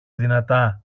δυνατά